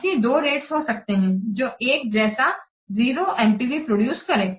ऐसी दो रेट्स हो सकती हैं जो एक जैसा 0 NPV प्रोड्यूस करें